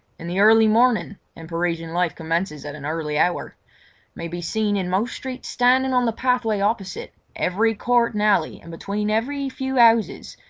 in the early morning and parisian life commences at an early hour may be seen in most streets standing on the pathway opposite every court and alley and between every few houses,